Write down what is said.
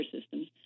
systems